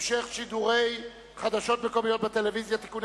(המשך שידורי חדשות מקומיות בטלוויזיה) (תיקוני